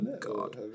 god